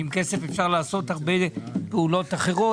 ועם כסף אפשר לעשות הרבה פעולות אחרות.